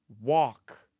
walk